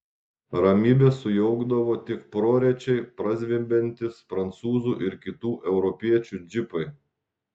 ramybę sujaukdavo tik prorečiai prazvimbiantys prancūzų ir kitų europiečių džipai